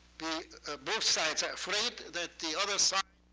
both sides are afraid that the other side